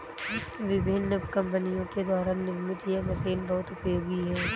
विभिन्न कम्पनियों के द्वारा निर्मित यह मशीन बहुत उपयोगी है